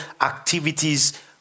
activities